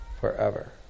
forever